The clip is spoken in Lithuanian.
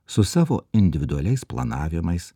su savo individualiais planavimais